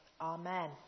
Amen